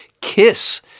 kiss